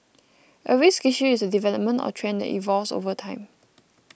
a risk issue is a development or trend that evolves over time